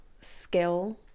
skill